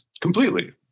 Completely